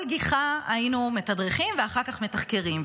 כל גיחה היינו מתדרכים ואחר כך מתחקרים,